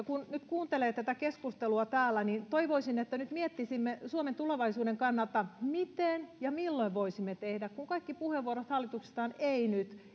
kun nyt kuuntelee tätä keskustelua täällä niin toivoisin että nyt miettisimme suomen tulevaisuuden kannalta miten ja milloin voisimme tehdä kun kaikki puheenvuorot hallituksesta ovat ei nyt